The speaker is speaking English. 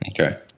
Okay